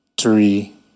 three